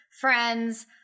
friends